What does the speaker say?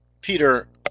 Peter